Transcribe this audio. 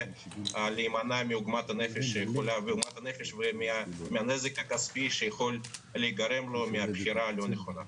להימנע מעוגמת נפש ומהנזק הכספי שעלול להיגרם לו מבחירה לא נכונה.